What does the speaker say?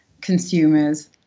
consumers